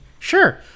Sure